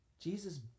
Jesus